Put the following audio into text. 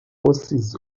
forces